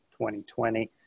2020